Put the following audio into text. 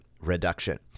reduction